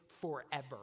forever